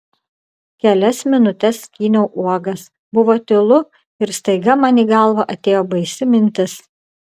kelias minutes skyniau uogas buvo tylu ir staiga man į galvą atėjo baisi mintis